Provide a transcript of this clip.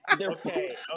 okay